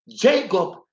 Jacob